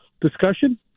discussion